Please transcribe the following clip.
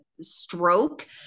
stroke